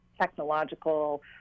technological